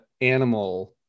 animal